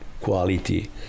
quality